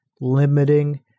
limiting